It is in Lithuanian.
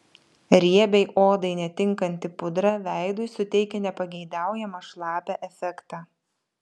riebiai odai netinkanti pudra veidui suteikia nepageidaujamą šlapią efektą